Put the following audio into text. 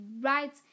right